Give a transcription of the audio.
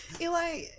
Eli